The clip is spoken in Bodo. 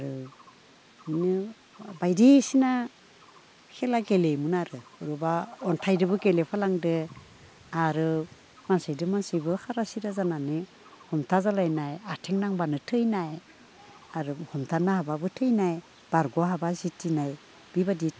आरो बिदिनो बायदिसिना खेला गेलेयोमोन आरो ग्रुपमाव अन्थायदोबो गेले फालांदो आरो मानसिदो मानसिबो फारा सिरा जानानै हमथा जालायनाय आथिं नांब्लानो थैनाय आरो हमथानो हाब्लाबो थैनाय बारग' हाब्ला जिथिनाय बिबादि